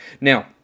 Now